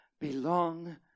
belong